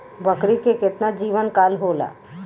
बकरी के केतना जीवन काल होला?